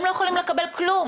הם לא יכולים לקבל כלום,